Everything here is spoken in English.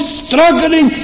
struggling